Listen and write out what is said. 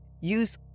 Use